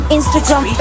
Instagram